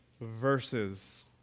verses